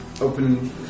open